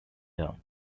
down